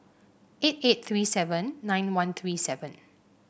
eight eight three seven nine one three five